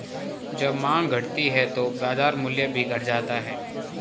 जब माँग घटती है तो बाजार मूल्य भी घट जाता है